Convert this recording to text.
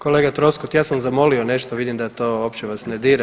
Kolega Troskot, ja sam zamolio nešto, vidim da to opće vas ne dira.